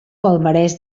palmarès